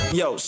yo